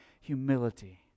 humility